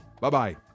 Bye-bye